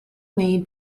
made